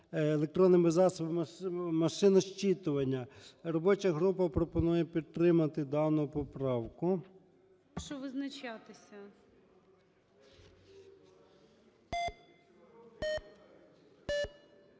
електронними засобами (машинозчитування). Робоча група пропонує підтримати дану поправку.